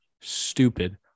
stupid